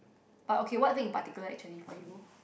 but okay what thing in particular actually for you